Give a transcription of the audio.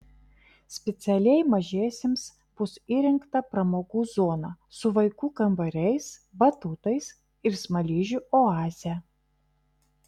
specialiai mažiesiems bus įrengta pramogų zona su vaikų kambariais batutais ir smaližių oaze